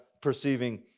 perceiving